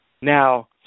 Now